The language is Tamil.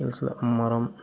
என்ன சொல்ல மரம்